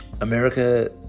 America